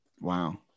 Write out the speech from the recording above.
wow